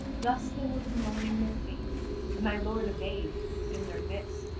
thus they were bemoaning their fate and my lord yvain who was in their midst,